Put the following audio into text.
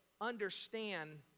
understand